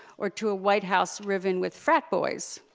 or to a white house riving with frat boys.